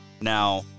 now